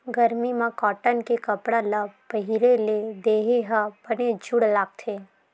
गरमी म कॉटन के कपड़ा ल पहिरे ले देहे ह बने जूड़ लागथे